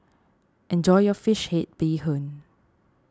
enjoy your Fish Head Bee Hoon